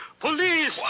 Police